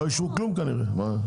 לא אישרו כלום, כנראה.